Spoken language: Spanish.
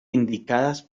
indicadas